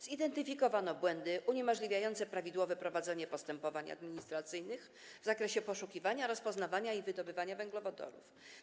Zidentyfikowano błędy uniemożliwiające prawidłowe prowadzenie postępowań administracyjnych w zakresie poszukiwania, rozpoznawania i wydobywania węglowodorów.